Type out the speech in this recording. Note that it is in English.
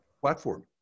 platform